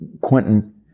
Quentin